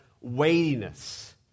weightiness